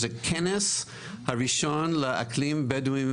זה הכנס הראשון לאקלים הבדואי בנגב.